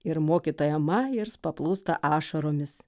ir mokytoja majers paplūsta ašaromis